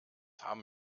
haben